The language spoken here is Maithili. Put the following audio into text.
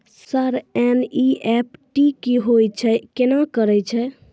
सर एन.ई.एफ.टी की होय छै, केना करे छै?